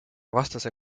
vastase